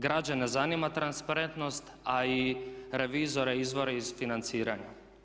Građane zanima transparentnost a i revizore izvori iz financiranja.